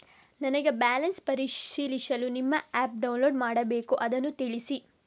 ನನಗೆ ಬ್ಯಾಲೆನ್ಸ್ ಪರಿಶೀಲಿಸಲು ನಿಮ್ಮ ಆ್ಯಪ್ ಡೌನ್ಲೋಡ್ ಮಾಡಬೇಕು ಅದನ್ನು ತಿಳಿಸಿ?